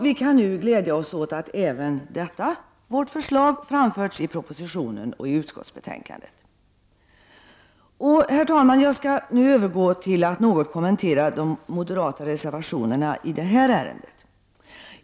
Vi kan nu glädja oss åt att även detta vårt förslag framförts i propositionen och i utskottsbetänkandet. Herr talman! Jag skall nu övergå till att något kommentera de moderata reservationerna i detta ärende.